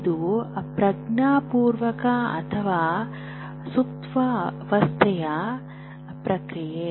ಇದು ಪ್ರಜ್ಞಾಪೂರ್ವಕ ಅಥವಾ ಸುಪ್ತಾವಸ್ಥೆಯ ಪ್ರಕ್ರಿಯೆ